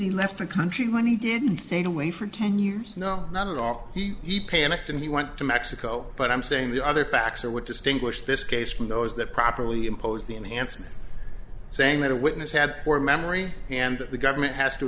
he left the country when he didn't stayed away for ten years no not at all he ipanema and he went to mexico but i'm saying the other facts are what distinguish this case from those that properly imposed the enhancement saying that a witness had poor memory and that the government has to